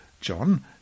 John